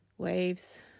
Waves